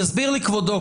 יסביר לי כבודו.